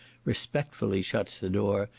respectfully shuts the door,